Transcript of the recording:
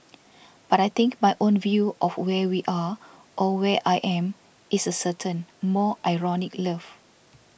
but I think my own view of where we are or where I am is a certain more ironic love